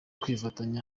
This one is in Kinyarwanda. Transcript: kwifatanya